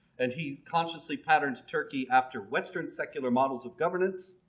and he's consciously patterned turkey after western secular models of governance.